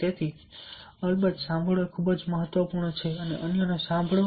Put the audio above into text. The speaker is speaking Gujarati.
તેથી અલબત્ત સાંભળવું ખૂબ જ મહત્વપૂર્ણ છે અન્યને સાંભળો